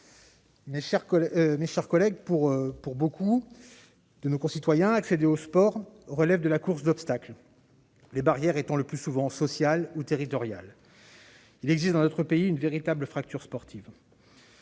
janvier 1998. Pour beaucoup de nos concitoyens, accéder au sport relève de la course d'obstacles, les barrières étant le plus souvent sociales ou territoriales. Il existe dans notre pays une véritable fracture sportive.